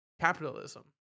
capitalism